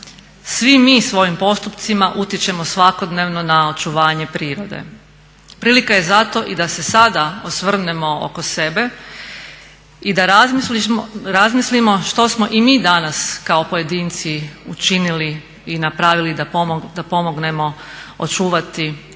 svi mi svojim postupcima utječemo svakodnevno na očuvanje prirode. Prilika je zato da se i sada osvrnemo oko sebe i da razmislimo što smo i mi danas kao pojedinci učinili i napravili da pomognemo očuvati okoliš